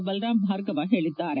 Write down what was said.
ಬಲರಾಮ್ ಭಾರ್ಗವ ಹೇಳಿದ್ದಾರೆ